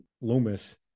Loomis